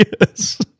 Yes